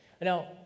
Now